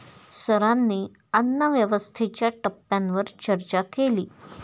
सरांनी अन्नव्यवस्थेच्या टप्प्यांवर चर्चा केली